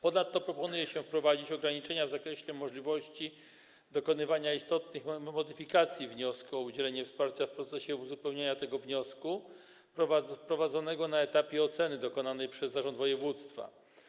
Ponadto proponuje się wprowadzić ograniczenia w zakresie możliwości dokonywania istotnych modyfikacji wniosku o udzielenie wsparcia w procesie uzupełniania tego wniosku prowadzonego na etapie oceny dokonanej przez zarząd województwa.